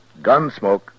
Gunsmoke